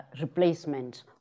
replacement